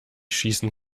schießen